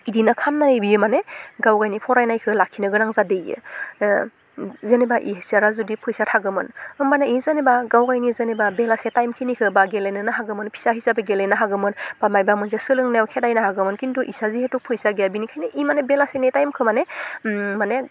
इदिनो खामनायो बियो माने गावबायनि फरायनायखौ लाखिनो गोनां जादो इयो जेनेबा इसोरा जुदि फैसा थागौमोन होमबाना इयो जेनेबा गावबायनि जेनेबा बेलासे टाइमखिनिखो बा गेलेनोनो हागौमोन फिसा हिसाैब गेलेनो हागौमोन बा माइबा मोनसे सोलोंनायाव खेरायनो हागौमोन खिन्थु इसा जिहेतु फैसा गैया बिनिखायनो इ माने बेलासिनि टाइमखौ माने माने